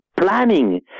planning